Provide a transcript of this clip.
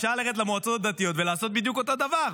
אפשר ללכת למועצות הדתיות ולעשות בדיוק אותו דבר,